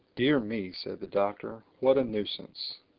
dear me! said the doctor. what a nuisance!